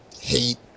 hate